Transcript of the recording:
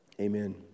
Amen